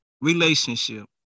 relationship